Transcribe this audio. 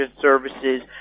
services